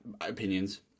Opinions